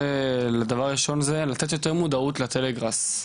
שאפשר דבר ראשון זה יותר מודעות לטלגראס.